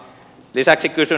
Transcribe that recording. lisäksi kysyn